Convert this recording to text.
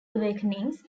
awakenings